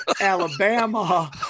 Alabama